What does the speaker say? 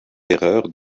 erreurs